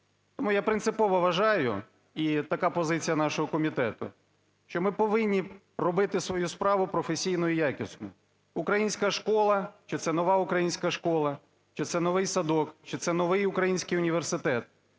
Тому я принципово вважаю, і така позиція нашого комітету, що ми повинні робити свою справу професійно і якісно. Українська школа: чи це нова українська школа, чи це новий садок, чи це новий український університет